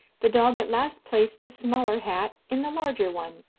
the dog at last placed the smaller hat in the larger one,